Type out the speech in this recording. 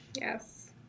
Yes